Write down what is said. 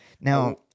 Now